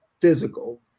physical